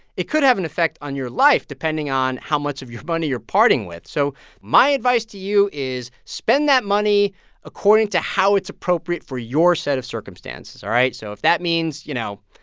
it could have an effect on your life depending on how much of your money you're parting with. so my advice to you is spend that money according to how it's appropriate for your set of circumstances, all right? so if that means, you know,